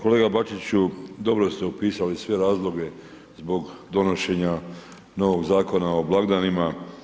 Pa kolega Bačiću, dobro ste opisali sve razloge zbog donošenja novog Zakona o blagdanima.